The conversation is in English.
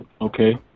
Okay